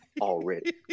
already